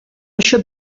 això